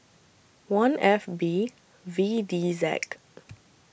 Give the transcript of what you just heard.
one F B V D Z